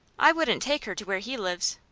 i wouldn't take her to where he lives.